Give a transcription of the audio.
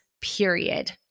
period